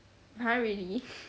!huh! really